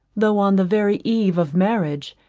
though on the very eve of marriage,